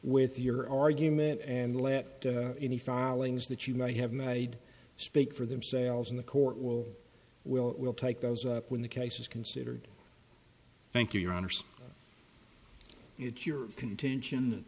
with your argument and let any filings that you might have married speak for themselves in the court will will will take those up when the case is considered thank you your honor so it's your contention